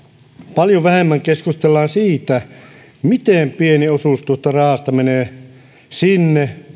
paljon vähemmän keskustellaan siitä miten pieni osuus tuosta rahasta menee sinne